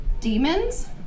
Demons